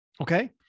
Okay